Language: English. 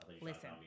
Listen